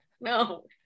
no